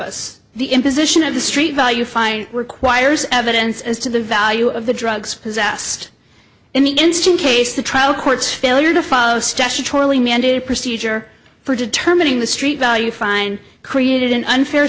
ambiguous the imposition of the street value fine requires evidence as to the value of the drugs possessed in the instant case the trial court's failure to follow statutorily mandated procedure for determining the street value fine created an unfair